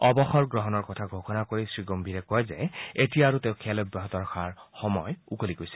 অৱসৰ গ্ৰহণৰ কথা ঘোষণা কৰি শ্ৰীগঙীৰে কয় যে এতিয়া আৰু তেওঁ খেল অব্যাহত ৰখাৰ সময় উকলি গৈছে